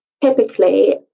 typically